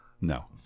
No